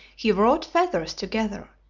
he wrought feathers together,